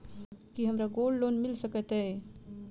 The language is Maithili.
की हमरा गोल्ड लोन मिल सकैत ये?